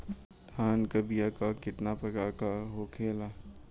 धान क बीया क कितना प्रकार आवेला?